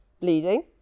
bleeding